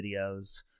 videos